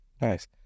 Nice